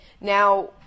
now